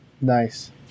Nice